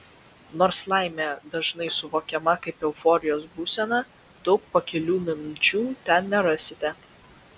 nors laimė dažnai suvokiama kaip euforijos būsena daug pakilių minčių ten nerasite